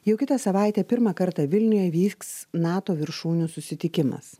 jau kitą savaitę pirmą kartą vilniuje vyks nato viršūnių susitikimas